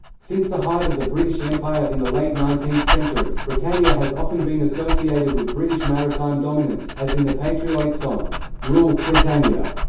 since the height of the british empire in the late nineteenth century, britannia has often been associated with british maritime dominance, as in the patriotic song rule, britannia.